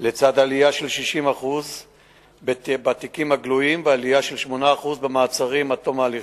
לצד עלייה של 60% בתיקים הגלויים ועלייה של 8% במעצרים עד תום ההליכים.